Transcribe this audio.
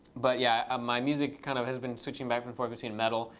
but yeah, um my music kind of has been switching back and forth between metal,